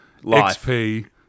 XP